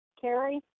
Carrie